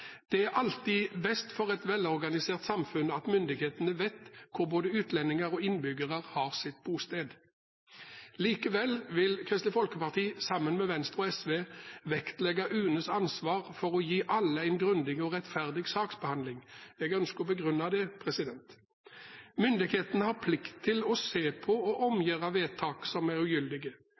Det er alltid best for et velorganisert samfunn at myndighetene vet hvor både utlendinger og innbyggere har sitt bosted. Likevel vil Kristelig Folkeparti, sammen med Venstre og SV, vektlegge UNEs ansvar for å gi alle en grundig og rettferdig saksbehandling. Jeg ønsker å begrunne det. Myndighetene har plikt til å se på og omgjøre vedtak som er ugyldige.